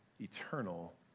eternal